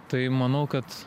tai manau kad